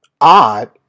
Odd